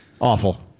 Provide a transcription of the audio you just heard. Awful